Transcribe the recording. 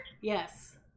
Yes